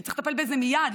שצריך לטפל בזה מייד,